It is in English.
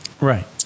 Right